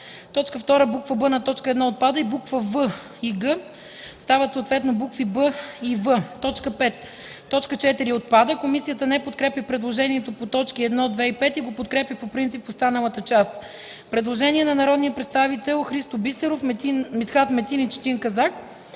отпада. 2. Буква „б” на точка 1 отпада и букви „в” и „г” стават съответно букви „б” и „в”. 5. Точка 4 отпада. Комисията не подкрепя предложението по т. 1, 2 и 5 и го подкрепя по принцип в останалата част. Предложение на народните представители Христо Бисеров, Митхат Метин и Четин Казак: